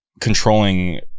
controlling